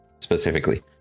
specifically